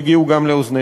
יגיעו גם לאוזניך.